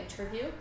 interview